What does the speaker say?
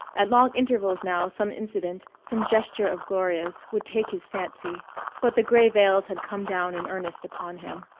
at long intervals now some incident, some gesture of gloria's, would take his fancy but the gray veils had come down in earnest upon him.